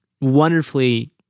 wonderfully